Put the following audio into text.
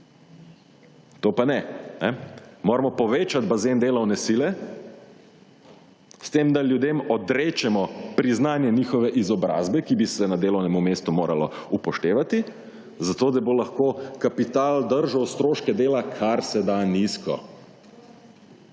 To pa ne. Moramo povečati bazen delovne sile s tem da ljudem odrečemo priznanje njihove izobrazbe, ki bi se na delovnem mestu morala upoštevati, zato da bo lahko kapital držal stroške dela kar se da nizko.